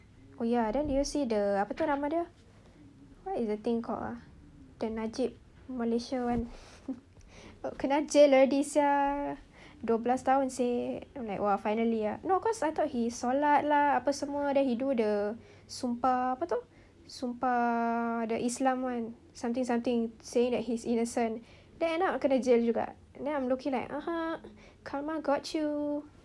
oh ya then did you see the apa itu nama dia oh ya what is the thing called ah the najib malaysia [one] kena jail already [sial] dua belas tahun seh I'm like !wah! finally ah no cause I thought he solat lah apa semua then he do the sumpah apa itu sumpah the islam one something something saying that he's innocent then end up dia kena jailed juga then I'm looking a'ah karma got you